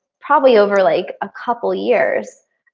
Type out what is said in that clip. probably over like a couple years,